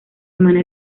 hermana